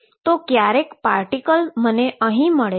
તો ક્યારેક મને પાર્ટીકલ અહીં મળે છે